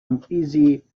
uneasy